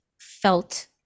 felt